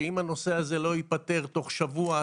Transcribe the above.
שאם הנושא הזה לא ייפתר תוך שבוע,